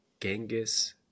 Genghis